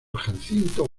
jacinto